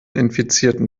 infizierten